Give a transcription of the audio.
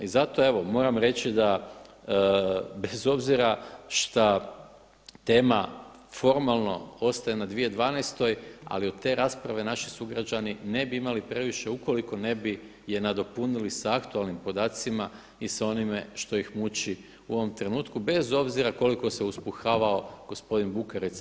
I zato evo moram reći da bez obzira šta tema formalno ostaje na 2012. ali od te rasprave naši sugrađani ne bi imali previše ukoliko je ne bi nadopunili sa aktualnim podacima i sa onime što ih muči u ovom trenutku bez obzira koliko se uspuhavao gospodin Bukarica.